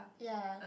ya